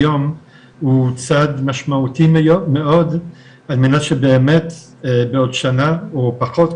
היום הוא צעד משמעותי מאוד על מנת שבאמת בעוד שנה או פחות,